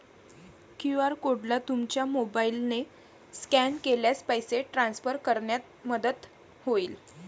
QR कोडला तुमच्या मोबाईलने स्कॅन केल्यास पैसे ट्रान्सफर करण्यात मदत होईल